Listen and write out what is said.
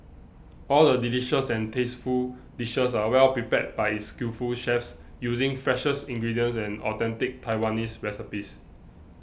all the delicious and tasteful dishes are well prepared by its skillful chefs using freshest ingredients and authentic Taiwanese recipes